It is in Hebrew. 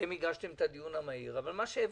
אתם הגשתם את הבקשה לדיון מהיר, אבל הבנתי